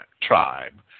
tribe